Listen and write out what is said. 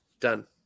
Done